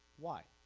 why?